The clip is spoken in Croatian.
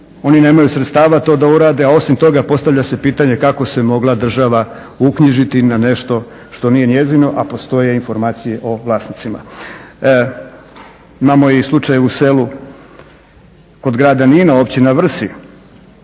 Oni nemaju sredstava to da urade. A osim toga postavlja se pitanje kako se mogla država uknjižiti na nešto što nije njezino a postoje informacije o vlasnicima. Imamo i slučaj u selu kod grada Nina, općina Vrsi,